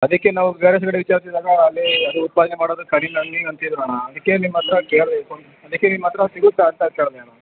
ಅದಕ್ಕೆ ನಾವು ಬೇರೆ ಕಡೆ ವಿಚಾರಿಸಿದಾಗ ಅಲ್ಲಿ ಅದು ಉತ್ಪಾದನೆ ಮಾಡೋದು ಕಡಿಮೆ ಹಂಗೆ ಹಿಂಗೆ ಅಂತ ಹೇಳಿರು ಅಣ್ಣ ಅದಕ್ಕೆ ನಿಮ್ಮ ಹತ್ರ ಕೇಳಿದೆ ಅದಕ್ಕೆ ನಿಮ್ಮ ಹತ್ರ ಸಿಗುತ್ತಾ ಅಂತ ಕೇಳಿದೆ ಅಣ್ಣ